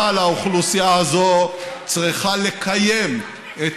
אבל האוכלוסייה הזאת צריכה לקיים את